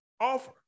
offer